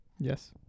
Yes